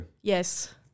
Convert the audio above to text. Yes